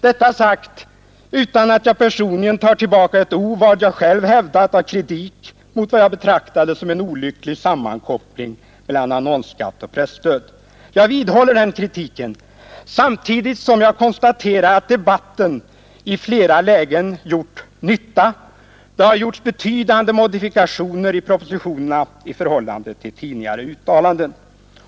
— Detta sagt utan att jag personligen tar tillbaka ett ord av vad jag själv hävdat av kritik mot vad jag betraktar som en olycklig sammankoppling av en annonsskatt och ett presstöd. Jag vidhåller den kritiken, samtidigt som jag emellertid konstaterar att debatten i flera lägen gjort nytta: det har gjorts betydande modifika I tioner i propositionerna i förhållande till tidigare uttalanden.